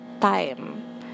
time